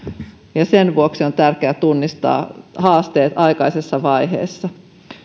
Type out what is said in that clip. sen vuoksi on tärkeää tunnistaa haasteet aikaisessa vaiheessa